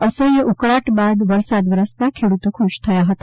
અસહ્ય ઉકળાટ બાદ વરસાદ વરસતા ખેડૂતો ખુશ થયા હતા